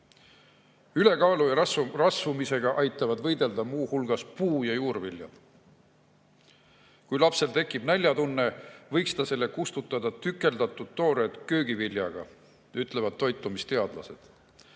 rohkem. Ülekaalu ja rasvumisega aitavad võidelda muu hulgas puu‑ ja juurviljad. Kui lapsel tekib näljatunne, võiks ta seda kustutada tükeldatud toore köögiviljaga, ütlevad toitumisteadlased.